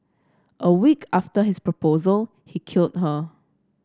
a week after his proposal he killed her